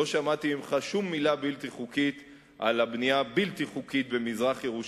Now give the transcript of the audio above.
לא שמעתי ממך שום מלה בלתי חוקית על הבנייה הבלתי-חוקית במזרח-ירושלים.